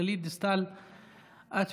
גלית דיסטל אטבריאן,